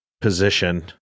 position